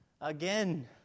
again